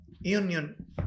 union